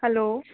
hello